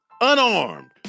Unarmed